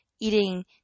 eating